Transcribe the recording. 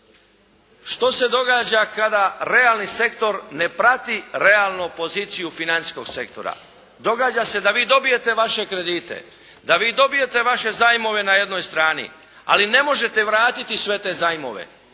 što se događa kada realni sektor ne prati realnu poziciju financijskog sektora. Događa se da vi dobijete vaše kredite. Da vi dobijete vaše zajmove na jednoj strani. Ali ne možete vratiti sve te zajmove.